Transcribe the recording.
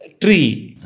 tree